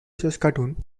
saskatoon